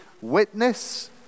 witness